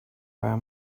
were